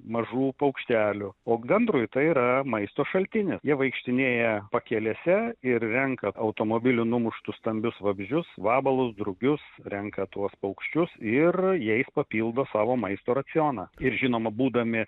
mažų paukštelių o gandrui tai yra maisto šaltinis jie vaikštinėja pakelėse ir renka automobilių numuštų stambius vabzdžius vabalus drugius renka tuos paukščius ir jais papildo savo maisto racioną ir žinoma būdami